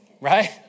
Right